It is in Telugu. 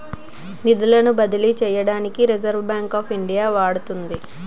నిధులను బదిలీ చేయడానికి రిజర్వ్ బ్యాంక్ ఆఫ్ ఇండియా వాడుతుంది